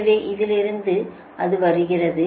எனவே இங்கிருந்து அது வருகிறது